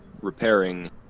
repairing